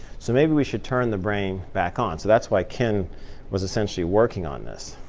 so maybe we should turn the brain back on. so that's why ken was essentially working on this.